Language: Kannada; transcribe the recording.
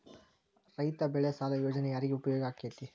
ರೈತ ಬೆಳೆ ಸಾಲ ಯೋಜನೆ ಯಾರಿಗೆ ಉಪಯೋಗ ಆಕ್ಕೆತಿ?